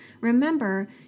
Remember